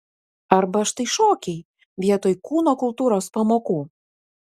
arba štai šokiai vietoj kūno kultūros pamokų